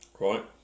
right